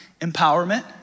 Empowerment